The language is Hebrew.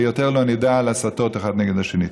ויותר לא נדע על הסתות של אחד נגד השני.